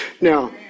Now